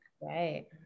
right